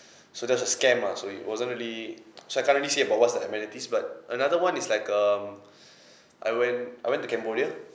so that's a scam lah so it wasn't really so I can't really say about what's the amenities but another one is like um I went I went to cambodia